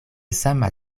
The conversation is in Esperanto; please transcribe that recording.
sama